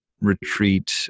retreat